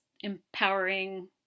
empowering